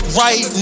right